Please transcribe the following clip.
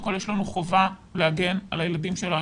כל יש לנו חובה להגן על הילדים שלנו.